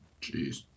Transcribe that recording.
Jeez